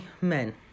men